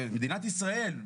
מדינת ישראל,